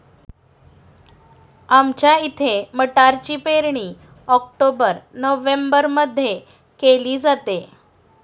आमच्या इथे मटारची पेरणी ऑक्टोबर नोव्हेंबरमध्ये केली जाते